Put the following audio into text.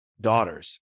daughters